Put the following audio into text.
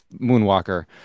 Moonwalker